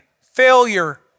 failure